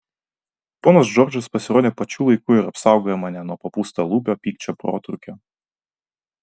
ponas džordžas pasirodė pačiu laiku ir apsaugojo mane nuo papūstalūpio pykčio protrūkio